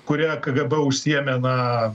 kuria kgb užsiėmė na